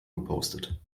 gepostet